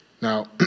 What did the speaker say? Now